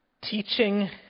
teaching